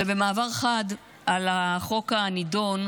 ובמעבר חד לחוק הנדון,